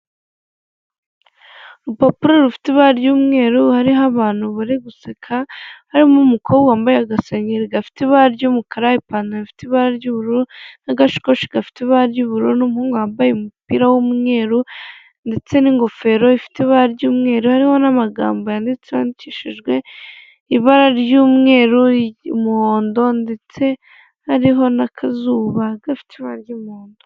Urupapuro rufite ibara ry'umweru hariho abantu bari guseka, harimo umukobwa wambaye agasengeri gafite ibara ry'umukara, ipantaro ifit’ibara ry'ubururu n'agasakoshi gafite ibara ry'ubururu, n'umuhungu wambaye umupira w'umweru ndetse n'ingofero ifite ibara ry'umweru, hari n'amagambo yanditse yandikishijwe ibara ry'umweru n'umuhondo, ndetse hari n'akazuba gafite ibara ry'umuhondo.